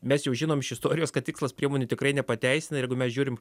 mes jau žinom iš istorijos kad tikslas priemonių tikrai nepateisina ir jeigu mes žiūrim